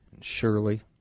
surely